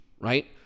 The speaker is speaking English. right